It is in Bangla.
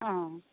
হ্যাঁ